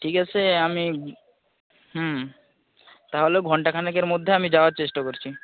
ঠিক আছে আমি হুম তাহলে ঘণ্টা খানেকের মধ্যে আমি যাওয়ার চেষ্টা করছি